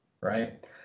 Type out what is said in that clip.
Right